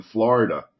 Florida